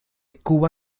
cuba